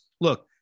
look